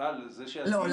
לא.